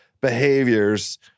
behaviors